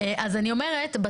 כי גם במקביל אליך